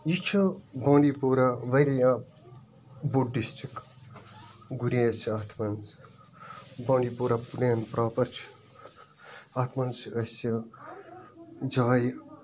یہِ چھُ بانٛڈی پورہ واریاہ بوٚڈ ڈسٹڑک گُریز چھِ اَتھ مَنٛز بانٛڈی پورہ پُلین پرٛاپر چھُ اَتھ مَنٛز چھِ اَسہِ جایہِ